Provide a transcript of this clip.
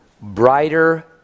Brighter